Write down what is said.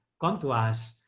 come to us,